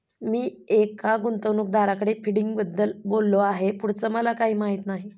मी एका गुंतवणूकदाराकडे फंडिंगबद्दल बोललो आहे, पुढचं मला काही माहित नाही